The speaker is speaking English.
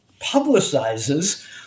publicizes